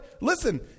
listen